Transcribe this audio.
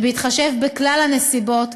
ובהתחשב בכלל הנסיבות,